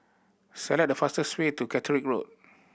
select the fastest way to Catterick Road